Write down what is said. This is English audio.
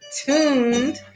tuned